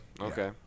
okay